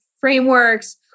frameworks